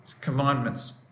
commandments